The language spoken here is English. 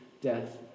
death